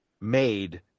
made